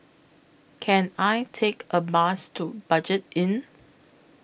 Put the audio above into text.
Can I Take A Bus to Budget Inn